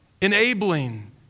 enabling